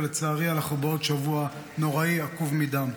ולצערי אנחנו בעוד שבוע נוראי עקוב מדם.